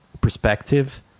perspective